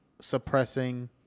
suppressing